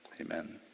Amen